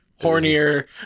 hornier